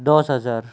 দহ হাজাৰ